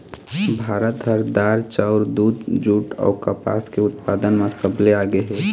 भारत ह दार, चाउर, दूद, जूट अऊ कपास के उत्पादन म सबले आगे हे